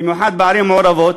במיוחד בערים מעורבות.